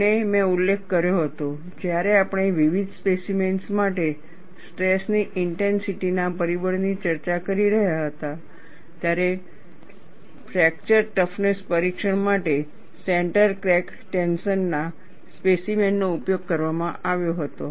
અને મેં ઉલ્લેખ કર્યો હતો જ્યારે આપણે વિવિધ સ્પેસિમેન્સ માટે સ્ટ્રેસની ઇન્ટેન્સિટી ના પરિબળની ચર્ચા કરી રહ્યા હતા ત્યારે ફ્રેક્ચર ટફનેસ પરીક્ષણ માટે સેન્ટર ક્રેક્ડ ટેન્શન ના સ્પેસીમેન નો ઉપયોગ કરવામાં આવ્યો હતો